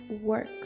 work